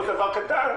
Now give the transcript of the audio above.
עוד דבר קטן.